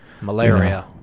malaria